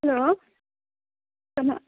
hello ꯀꯅꯥ